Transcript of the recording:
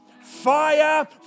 Fire